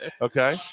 Okay